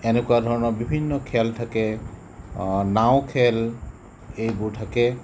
এনেকুৱা ধৰণৰ বিভিন্ন খেল থাকে নাও খেল এইবোৰ থাকে